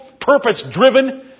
purpose-driven